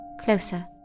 closer